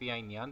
לפי העניין,